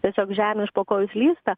tiesiog žemė iš po kojų slysta